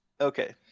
Okay